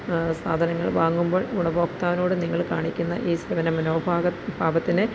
സാധനങ്ങള് വാങ്ങുമ്പോൾ ഗുണഭോക്താവിനോട് നിങ്ങൾ കാണിക്കുന്ന ഈ സേവന മനോ മനോഭാവത്തിന്